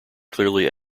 clearly